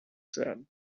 said